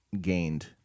gained